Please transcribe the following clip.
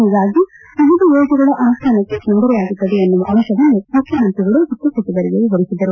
ಹೀಗಾಗಿ ವಿವಿಧ ಯೋಜನೆಗಳ ಅನುಷ್ಠಾನಕ್ಕೆ ತೊಂದರೆಯಾಗುತ್ತದೆ ಎನ್ನುವ ಅಂಶವನ್ನು ಮುಖ್ಯಮಂತ್ರಿಗಳು ವಿತ್ತ ಸಚಿವರಿಗೆ ವಿವರಿಸಿದರು